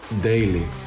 daily